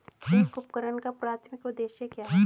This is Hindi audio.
एक उपकरण का प्राथमिक उद्देश्य क्या है?